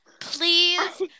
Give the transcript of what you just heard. please